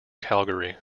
calgary